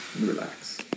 relax